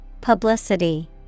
Publicity